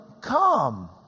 come